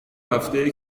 هفته